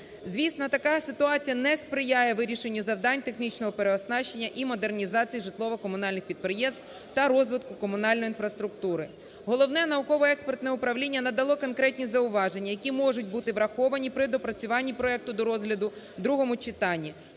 Звісно, така ситуація не сприяє вирішенню завдань технічного переоснащення і модернізації житлово-комунальних підприємств та розвитку комунальної інфраструктури. Головне науково-експертне управління надало конкретні зауваження, які можуть бути враховані при доопрацюванні проекту до розгляду у другому читанні,